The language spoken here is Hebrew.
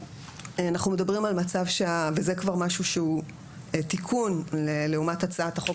אנחנו מדברים על מצב וזה כבר תיקון לעומת הצעת החוק